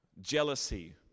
jealousy